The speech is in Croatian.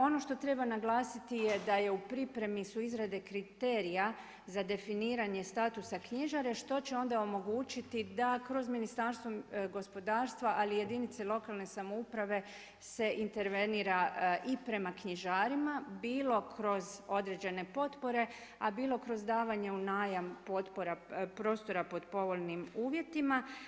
Ono što treba naglasiti je da su u pripremi izrade kriterija za definiranje statusa knjižare što će onda omogućiti da kroz Ministarstvo gospodarstva, ali i jedinice lokalne samouprave se intervenira i prema knjižarima, bilo kroz određene potpore, a bilo kroz davanje u najam prostora pod povoljnim uvjetima.